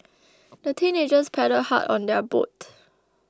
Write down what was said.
the teenagers paddled hard on their boat